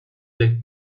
the